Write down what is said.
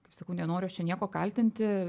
kaip sakau nenoriu aš čia nieko kaltinti